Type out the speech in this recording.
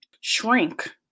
shrink